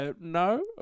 No